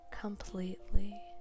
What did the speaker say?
completely